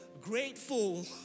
grateful